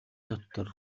дотор